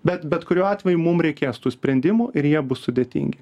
bet bet kuriuo atveju mum reikės tų sprendimų ir jie bus sudėtingi